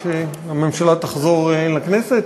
עד שהממשלה תחזור לכנסת?